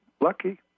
lucky